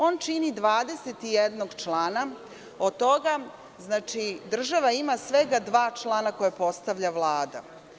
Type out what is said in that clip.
On čini 21 člana, od toga država ima svega dva člana koja postavlja Vlada.